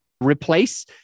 replace